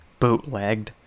bootlegged